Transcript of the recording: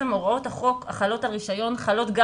הוראות החוק החלות על רישיון חלות גם